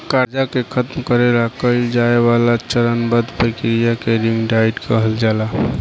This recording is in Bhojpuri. कर्जा के खतम करे ला कइल जाए वाला चरणबद्ध प्रक्रिया के रिंग डाइट कहल जाला